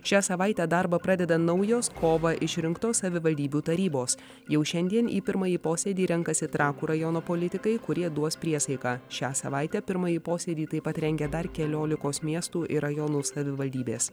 šią savaitę darbą pradeda naujos kovą išrinktos savivaldybių tarybos jau šiandien į pirmąjį posėdį renkasi trakų rajono politikai kurie duos priesaiką šią savaitę pirmąjį posėdį taip pat rengia dar keliolikos miestų ir rajonų savivaldybės